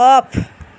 off